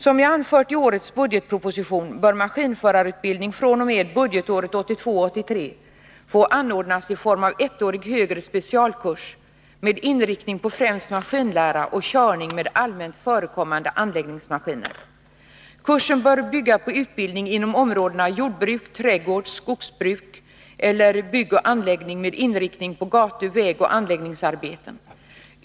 Som jag anfört i årets budgetproposition bör maskinförarutbildning fr.o.m. budgetåret 1982/83 få anordnas i form av ettårig högre specialkurs med inriktning på främst maskinlära och körning med allmänt förekommande anläggningsmaskiner. Kursen bör bygga på utbildning inom områdena jordbruk, trädgård, skogsbruk eller byggoch anläggning med inriktning på gatu-, vägoch anläggningsarbeten.